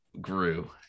grew